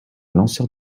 lanceur